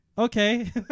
okay